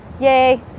Yay